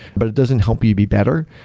but it doesn't help you be better.